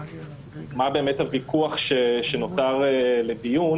מה באמת הוויכוח שנותר לדיון.